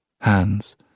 Hands